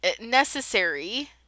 necessary